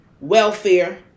welfare